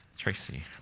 Tracy